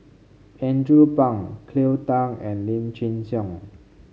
Andrew Phang Cleo Thang and Lim Chin Siong